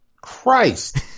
Christ